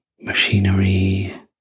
machinery